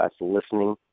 listening